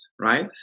right